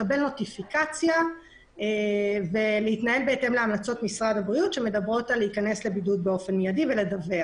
לקבל התראה ולהיכנס לבידוד באופן מידי ולדווח.